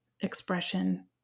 expression